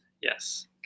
Yes